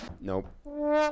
Nope